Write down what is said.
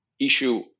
issue